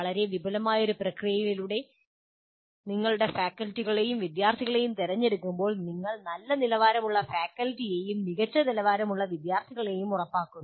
വളരെ വിപുലമായ ഒരു പ്രക്രിയയിലൂടെ നിങ്ങളുടെ ഫാക്കൽറ്റികളെയും വിദ്യാർത്ഥികളെയും തിരഞ്ഞെടുക്കുമ്പോൾ നിങ്ങൾ നല്ല നിലവാരമുള്ള ഫാക്കൽറ്റിയേയും മികച്ച നിലവാരമുള്ള വിദ്യാർത്ഥികൾളേയും ഉറപ്പാക്കുന്നു